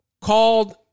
called